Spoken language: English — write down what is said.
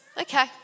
Okay